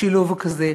שילוב כזה יפה.